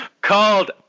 Called